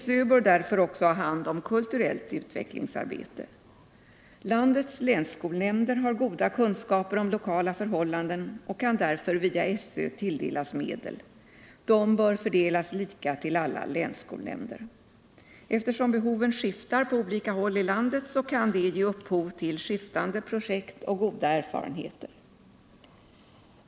SÖ bör därför också ha hand om kulturellt utvecklingsarbete. Landets länsskolnämnder har goda kunskaper om lokala förhållanden och kan därför via SÖ tilldelas medel. Dessa bör fördelas lika till alla länsskolnämnder. Eftersom behoven skiftar på olika håll i landet kan detta ge upphov till skiftande projekt och goda erfarenheter.